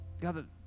God